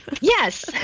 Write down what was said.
Yes